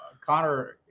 Connor